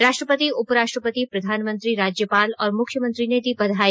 राष्ट्रपति उप राष्ट्रपति प्रधानमंत्री राज्यपाल और मुख्यमंत्री ने दी बधाई